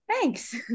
Thanks